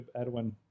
Edwin